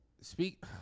Speak